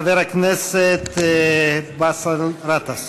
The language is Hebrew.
חבר הכנסת באסל גטאס.